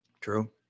true